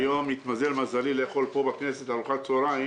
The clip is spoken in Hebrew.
היום התמזל מזלי לאכול פה בכנסת ארוחת צוהריים